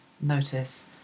notice